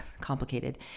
complicated